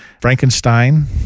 Frankenstein